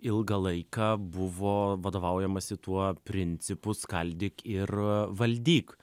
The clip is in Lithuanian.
ilgą laiką buvo vadovaujamasi tuo principu skaldyk ir valdyk